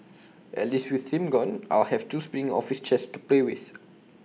at least with him gone I'll have two spinning office chairs to play with